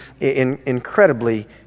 incredibly